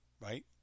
right